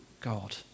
God